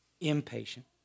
impatient